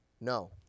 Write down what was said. No